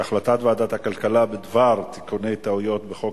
החלטת ועדת הכלכלה בדבר תיקוני טעויות בחוק